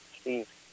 Steve